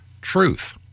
Truth